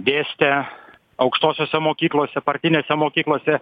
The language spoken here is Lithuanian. dėstė aukštosiose mokyklose partinėse mokyklose